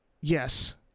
yes